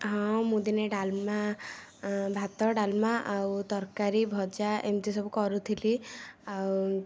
ହଁ ମୁଁ ଦିନେ ଡାଲମା ଭାତ ଡାଲମା ଆଉ ତରକାରୀ ଭଜା ଏମିତି ସବୁ କରୁଥିଲି ଆଉ